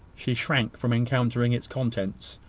she shrank from encountering its contents.